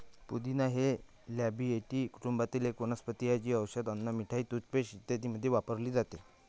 पुदिना हे लॅबिएटी कुटुंबातील एक वनस्पती आहे, जी औषधे, अन्न, मिठाई, टूथपेस्ट इत्यादींमध्ये वापरली जाते